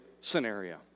scenario